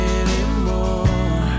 anymore